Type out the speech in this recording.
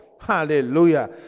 Hallelujah